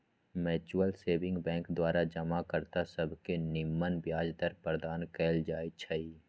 mutual saving bank द्वारा जमा कर्ता सभके निम्मन ब्याज दर प्रदान कएल जाइ छइ